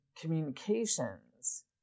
communications